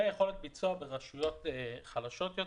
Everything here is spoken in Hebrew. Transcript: יכולת ביצוע ברשויות חלשות יותר.